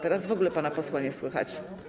Teraz w ogóle pana posła nie słychać.